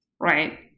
Right